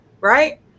right